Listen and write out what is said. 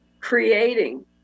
creating